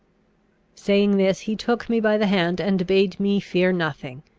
saying this, he took me by the hand and bade me fear nothing.